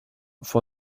for